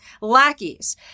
lackeys